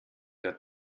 der